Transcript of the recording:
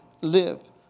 live